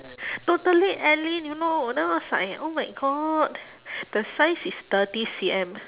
totally alyn you know then I was like oh my god the size is thirty C_M